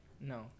No